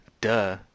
Duh